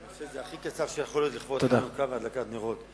אני אעשה את זה הכי קצר שיכול להיות לכבוד החנוכה והדלקת הנרות.